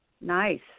Nice